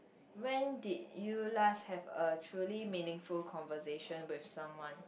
when did you last have a truly meaningful conversation with someone